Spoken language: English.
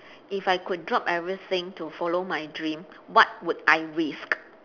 if I could drop everything to follow my dream what would I risk